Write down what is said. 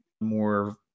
more